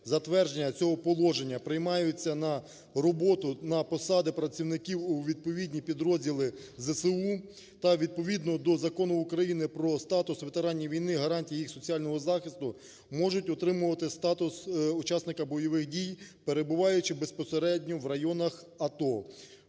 затвердження цього положення приймаються на роботу на посади працівників у відповідні підрозділи ЗСУ. Та відповідно до Закону України "Про статус ветеранів війни, гарантії їх соціального захисту" можуть отримувати статус учасника бойових дій, перебуваючи безпосередньо в районах АТО